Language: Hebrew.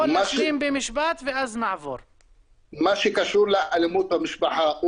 מה שקשור לאלימות במשפחה,